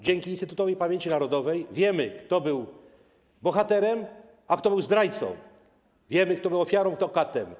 Dzięki Instytutowi Pamięci Narodowej wiemy, kto był bohaterem, a kto zdrajcą, wiemy, kto był ofiarą, a kto katem.